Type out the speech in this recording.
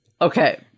Okay